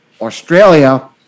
australia